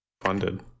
funded